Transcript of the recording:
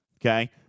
Okay